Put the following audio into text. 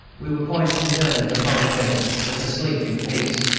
we were quite determined to find beds, and to sleep in peace.